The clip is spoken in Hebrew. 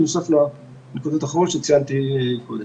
בנוסף לנקודות האחרות שציינתי קודם.